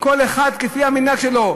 כל אחד כפי המנהג שלו.